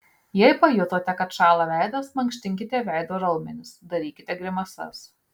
jei pajutote kad šąla veidas mankštinkite veido raumenis darykite grimasas